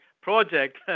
project